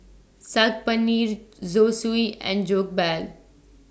Saag Paneer Zosui and Jokbal